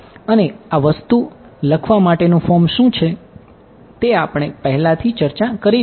અને આ વસ્તુ લખવા માટેનું ફોર્મ શું છે તે આપણે પહેલાથી ચર્ચા કરી લીધી છે